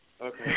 Okay